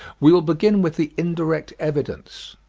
we will begin with the indirect evidence.